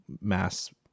mass